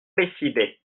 décidé